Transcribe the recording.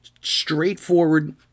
straightforward